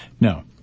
No